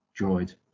droid